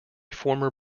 former